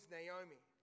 Naomi